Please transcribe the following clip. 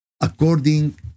According